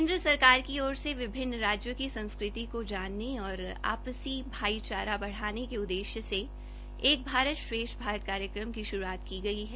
केन्द्र सरकार की ओर से विभिन्न राज्यों की संस्कृति को जानने और आपसी भाईचारा बढाने के उद्दश्य से एक भारत श्रेष्ठ भारत कार्यक्रम की शुरूआत की गई है